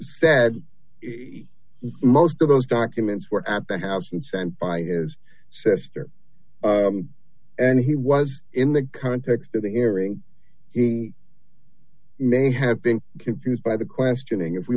said most of those documents were at the house and sent by his sister and he was in the context of the hearing he may have been confused by the questioning if we